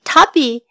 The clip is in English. Tubby